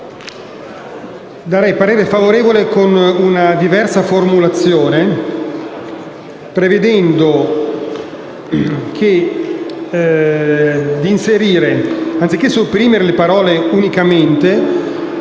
parere favorevole con una diversa formulazione: anziché sopprimere la parola «unicamente»,